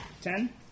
Ten